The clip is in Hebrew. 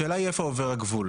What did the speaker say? השאלה היא איפה עובר הגבול?